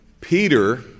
Peter